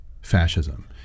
fascism